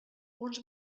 uns